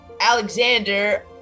Alexander